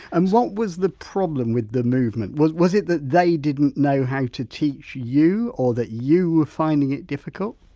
and what was the problem with the movement, was it that they didn't know how to teach you or that you were finding it difficult?